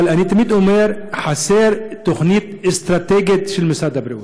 אבל אני תמיד אומר: חסרה תוכנית אסטרטגית של משרד הבריאות.